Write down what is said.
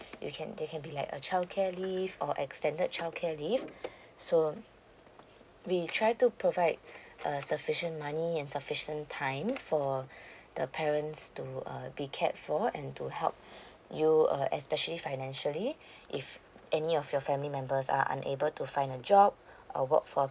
they can they can be like a childcare leave or extended childcare leave so um we try to provide err sufficient money and sufficient time for the parents to uh be cared for and to help you uh especially financially if any of your family members are unable to find a job or work for